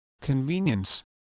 convenience